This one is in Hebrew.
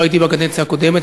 לא הייתי בקדנציה הקודמת.